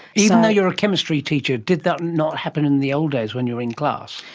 even though you're a chemistry teacher? did that not happen in the old days when you were in class?